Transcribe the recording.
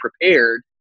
prepared